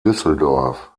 düsseldorf